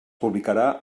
publicarà